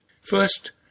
First